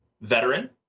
Veteran